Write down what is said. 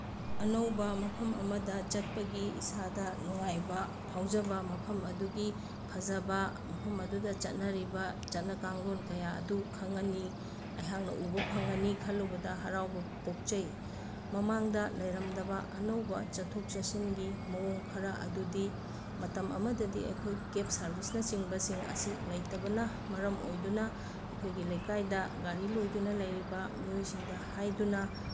ꯑꯅꯧꯕ ꯃꯐꯝ ꯑꯃꯗ ꯆꯠꯄꯒꯤ ꯏꯁꯥꯗ ꯅꯨꯡꯉꯥꯏꯕ ꯐꯥꯎꯖꯕ ꯃꯐꯝ ꯑꯗꯨꯒꯤ ꯐꯖꯕ ꯃꯐꯝ ꯑꯗꯨꯗ ꯆꯠꯅꯔꯤꯕ ꯆꯠꯅ ꯀꯥꯡꯂꯣꯟ ꯀꯌꯥ ꯑꯗꯨ ꯈꯪꯉꯅꯤ ꯑꯩꯍꯥꯛꯅ ꯎꯕ ꯐꯪꯉꯅꯤ ꯈꯜꯂꯨꯕꯗ ꯍꯔꯥꯎꯕ ꯄꯣꯛꯆꯩ ꯃꯃꯥꯡꯗ ꯂꯩꯔꯝꯗꯕ ꯑꯅꯧꯕ ꯆꯠꯊꯣꯛ ꯆꯠꯁꯤꯟꯒꯤ ꯃꯑꯣꯡ ꯈꯔ ꯑꯗꯨꯗꯤ ꯃꯇꯝ ꯑꯃꯗꯗꯤ ꯑꯩꯈꯣꯏ ꯀꯦꯞ ꯁꯥꯔꯚꯤꯁꯅꯆꯤꯡꯕꯁꯤꯡ ꯑꯁꯤ ꯂꯩꯇꯕꯅ ꯃꯔꯝ ꯑꯣꯏꯗꯨꯅ ꯑꯩꯈꯣꯏꯒꯤ ꯂꯩꯀꯥꯏꯗ ꯒꯥꯔꯤ ꯂꯣꯏꯗꯨꯅ ꯂꯩꯕ ꯃꯤꯑꯣꯏꯁꯤꯡꯗ ꯍꯥꯏꯗꯨꯅ